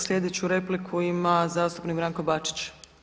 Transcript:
Sljedeću repliku ima zastupnik Branko Bačić.